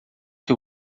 que